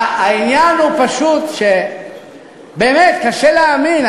העניין הוא פשוט שבאמת קשה להאמין.